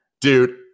Dude